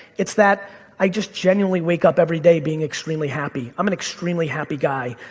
it's that i just genuinely wake up every day being extremely happy. i'm an extremely happy guy.